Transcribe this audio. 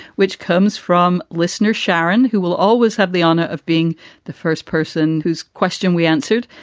which comes from listener sharon, who will always have the honor of being the first person whose question we answered.